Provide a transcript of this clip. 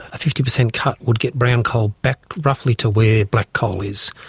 a fifty percent cut would get brown coal back roughly to where black coal is.